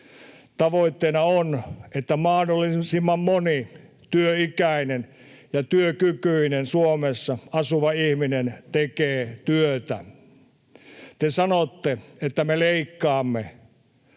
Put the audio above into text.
Tavoitteena on, että mahdollisimman moni työikäinen ja työkykyinen Suomessa asuva ihminen tekee työtä. Te sanotte, että me leikkaamme.